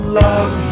love